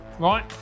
right